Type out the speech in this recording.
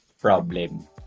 problem